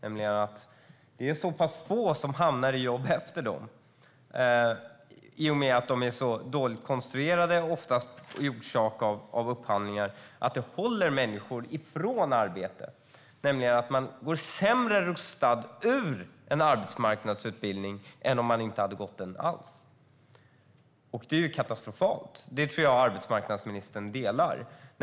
Det är nämligen så pass få som hamnar i jobb efter utbildningarna i och med att de är så dåligt konstruerade - ofta orsakat av upphandlingar - att de håller människor ifrån arbete. Man går alltså sämre rustad ur en arbetsmarknadsutbildning än man hade varit om man inte hade gått den alls. Det är katastrofalt; den synen tror jag att arbetsmarknadsministern delar.